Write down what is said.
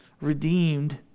redeemed